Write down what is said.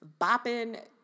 bopping